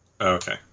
Okay